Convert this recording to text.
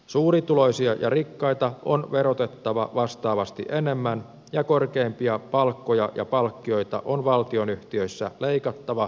suurituloisia ja rikkaita on verotettava vastaavasti enemmän ja korkeimpia palkkoja ja palkkioita on valtionyhtiöissä leikattava reilusti